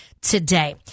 today